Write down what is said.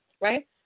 right